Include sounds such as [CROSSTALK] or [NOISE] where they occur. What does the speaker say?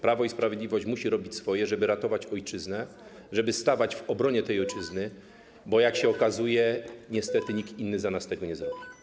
Prawo i Sprawiedliwość musi robić swoje, żeby ratować ojczyznę, żeby stawać w jej obronie, [NOISE] bo jak się okazuje, niestety nikt inny za nas tego nie zrobi.